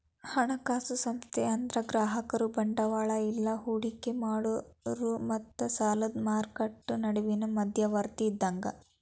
ಹಣಕಾಸು ಸಂಸ್ಥೆ ಅಂದ್ರ ಗ್ರಾಹಕರು ಬಂಡವಾಳ ಇಲ್ಲಾ ಹೂಡಿಕಿ ಮಾಡೋರ್ ಮತ್ತ ಸಾಲದ್ ಮಾರ್ಕೆಟ್ ನಡುವಿನ್ ಮಧ್ಯವರ್ತಿ ಇದ್ದಂಗ